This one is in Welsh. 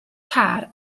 car